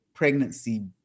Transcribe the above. Pregnancy